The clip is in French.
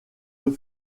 deux